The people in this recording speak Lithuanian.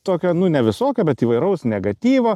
tokio nu ne visokio bet įvairaus negatyvo